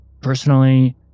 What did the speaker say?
Personally